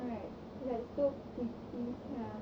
like like so pretty sia